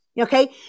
Okay